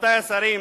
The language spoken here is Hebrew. רבותי השרים,